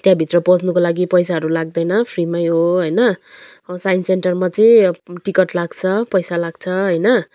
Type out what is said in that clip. त्यहाँभित्र पस्नको लागि पैसाहरू लाग्दैन फ्रीमै हो होइन अब साइन्स सेन्टरमा चाहिँ अब टिकट लाग्छ पैसा लाग्छ होइन